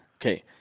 Okay